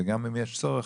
ואם יש צורך,